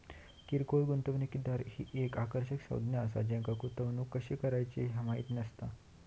किरकोळ गुंतवणूकदार ही एक आकर्षक संज्ञा असा ज्यांका गुंतवणूक कशी करायची ह्या माहित नसता